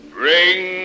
bring